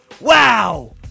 wow